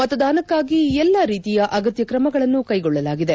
ಮತದಾನಕ್ಕಾಗಿ ಎಲ್ಲಾ ರೀತಿಯ ಅಗತ್ಯ ಕ್ರಮಗಳನ್ನು ಕ್ಲೆಗೊಳ್ಳಲಾಗಿದೆ